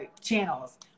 channels